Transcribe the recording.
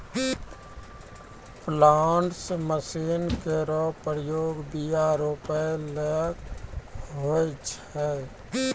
planters machine केरो प्रयोग बीया रोपै ल होय छै